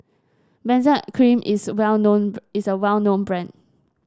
Benzac Cream is well known is a well known brand